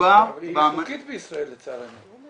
אבל היא חוקית בישראל לצערנו.